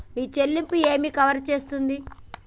మీ చెల్లింపు ఏమి కవర్ చేస్తుంది?